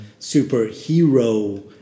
superhero